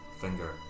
finger